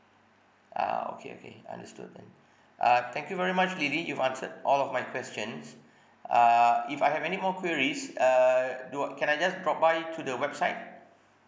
ah okay okay understood then err thank you very much lily you've answered all of my questions err if I have any more queries err do can I just drop by to the website